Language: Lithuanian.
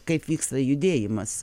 kaip vyksta judėjimas